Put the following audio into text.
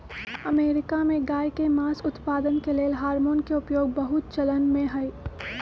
America में गायके मास उत्पादन के लेल हार्मोन के उपयोग बहुत चलनमें हइ